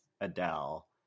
Adele